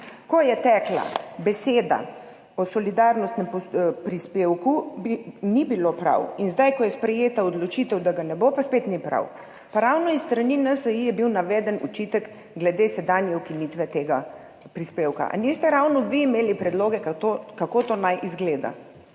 Ko je tekla beseda o solidarnostnem prispevku, ni bilo prav, in zdaj, ko je sprejeta odločitev, da ga ne bo, pa spet ni prav. Pa ravno s strani NSi je bil naveden očitek glede sedanje ukinitve tega prispevka. A niste ravno vi imeli predlogov, kako naj to izgleda?